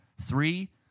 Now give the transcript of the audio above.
Three